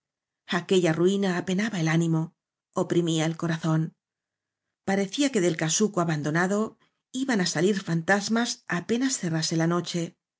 ventolera aquella ruina apenaba el ánimo oprimía el corazón parecía que del casuco aban donado iban á salir fantasmas apenas cerrase la noche